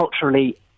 culturally